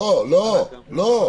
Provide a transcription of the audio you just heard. לא, לא.